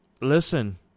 listen